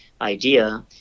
idea